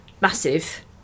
massive